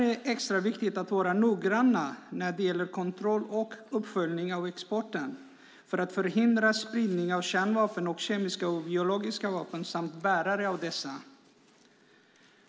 Det är extra viktigt att vara noggrann när det gäller kontroll och uppföljning av exporten för att förhindra spridning av kärnvapen, kemiska och biologiska vapen samt bärare av dessa.